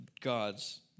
God's